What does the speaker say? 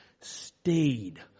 stayed